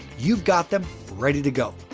you've got them ready to go.